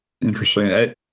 Interesting